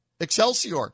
Excelsior